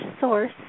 source